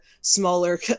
smaller